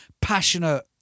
passionate